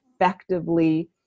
effectively